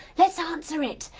let's answer it.